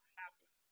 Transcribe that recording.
happen